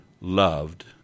Loved